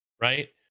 right